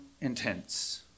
intense